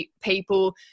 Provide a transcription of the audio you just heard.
people